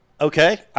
Okay